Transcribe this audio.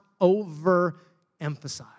overemphasize